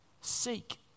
seek